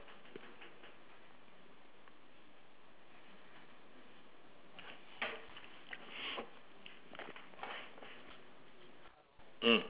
mm